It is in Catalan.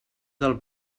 del